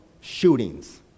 shootings